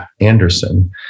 Anderson